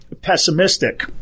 pessimistic